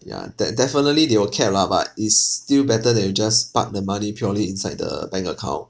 ya de~ definitely they will care lah but it's still better than you just park the money purely inside the bank account